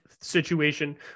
situation